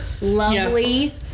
Lovely